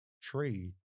tree